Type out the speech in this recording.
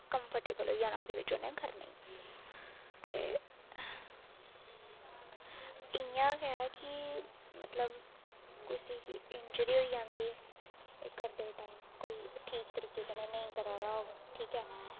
comfortable होई जाना उन्नै ओह्दे च करने गी ते इ'यां गै कि मतलब कुसै गी इंजरी होई जंदी एह करदे टाईम कोई ठीक तरीके नेईं करा दा होग ठीक ऐ